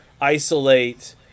isolate